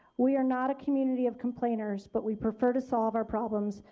we are not a community of complainers but we preferred to solve our problems.